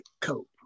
cope